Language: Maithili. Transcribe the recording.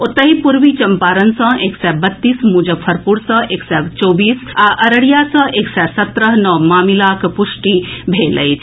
ओतहि पूर्वी चंपारण सॅ एक सय बत्तीस मुजफ्फरपुर सॅ एक सय चौबीस आ अररिया सॅ एक सय सत्रह नव मामिलाक पुष्टि भेल अछि